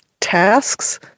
tasks